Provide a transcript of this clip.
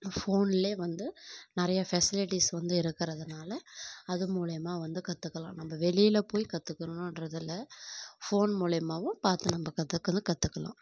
ஃபோன்லேயே வந்து நிறையா ஃபெசிலிடீஸ் வந்து இருக்கிறதுனால அது மூலயமா வந்து கற்றுக்கலாம் நம்ம வெளியில் போய் கற்றுக்கணுன்றதில்ல ஃபோன் மூலயமாவும் பார்த்து நம்ம கற்றுக்குறது கற்றுக்கலாம்